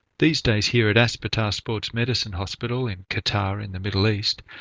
these days here at aspetar sports medicine hospital in qatar in the middle east,